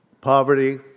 Poverty